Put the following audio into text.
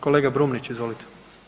Kolega Brumnić, izvolite.